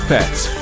Pets